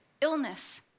illness